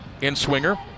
in-swinger